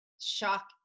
shock